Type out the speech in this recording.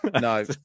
No